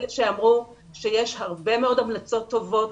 אלה שאמרו שיש הרבה מאוד המלצות טובות,